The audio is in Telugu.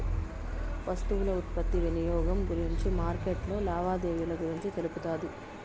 వస్తువుల ఉత్పత్తి వినియోగం గురించి మార్కెట్లో లావాదేవీలు గురించి తెలుపుతాది